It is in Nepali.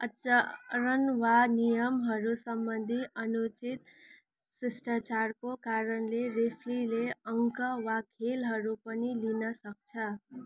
आचरण वा नियमहरू सम्बन्धी अनुचित शिष्टाचारको कारणले रेफ्रीले अङ्क वा खेलहरू पनि लिन सक्छ